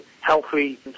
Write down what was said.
healthy